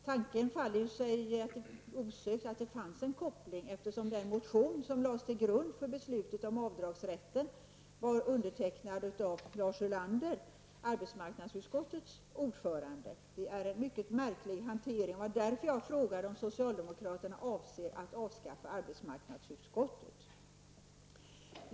Tanken går osökt till att det fanns en koppling, eftersom den motion som lades till grund för beslutet om avdragsrätten var undertecknad av Lars Ulander, arbetsmarknadsutskottets ordförande. Det är en mycket märklig hantering. Det var därför jag frågade om socialdemokraterna avser att avskaffa arbetsmarknadsutskottet.